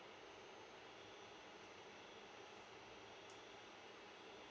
ya